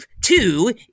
two